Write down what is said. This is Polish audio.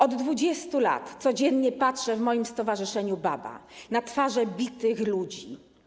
Od 20 lat codziennie patrzę w moim stowarzyszeniu BABA na twarze bitych ludzi.